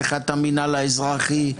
ואחד את המינהל האזרחי,